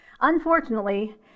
Unfortunately